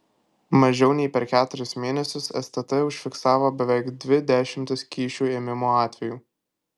mažiau nei per keturis mėnesius stt užfiksavo beveik dvi dešimtis kyšių ėmimo atvejų